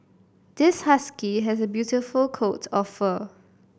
this husky has a beautiful coat of fur